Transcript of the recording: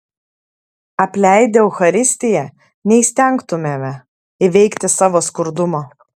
apleidę eucharistiją neįstengtumėme įveikti savo skurdumo